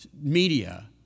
media